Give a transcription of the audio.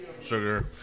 Sugar